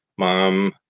Mom